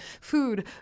food